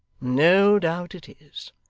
no doubt it is.